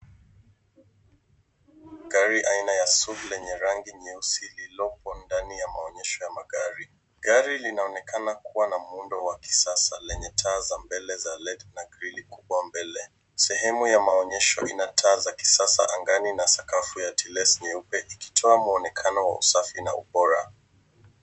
Gari aina ya suv lenye rangi nyeusi na Lililopo ndani ya maonyesho ya Magari. Gari linaonekana kuwa na muundo wa kisasa lenye taa za mbele za led na krini kulala mbele. Sehemu ya maonyesho ina taa za kisasa angani na sakafu ya tilesi nyeupe ikitoa mwonekano wa usafi na upora.